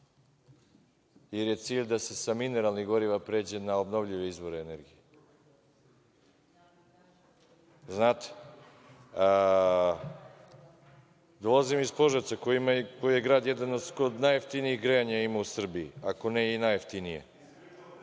jer je cilj da se sa mineralnih goriva pređe na obnovljive izvore energije. Znate? Dolazim iz Požarevca to je jedan od gradova koji ima skoro najjeftinijih grejanja u Srbiji, ako ne i najjeftinije.